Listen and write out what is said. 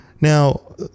Now